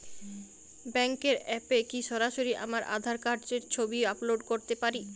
ব্যাংকের অ্যাপ এ কি সরাসরি আমার আঁধার কার্ড র ছবি আপলোড করতে পারি?